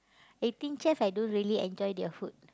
Eighteen-Chef I don't really enjoy their food